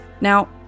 Now